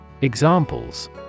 Examples